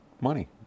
Money